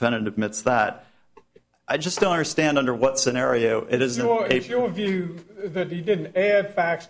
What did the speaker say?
then admits that i just don't understand under what scenario it is no a few of you that he did and facts